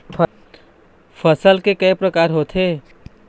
फसल के कय प्रकार होथे?